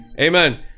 Amen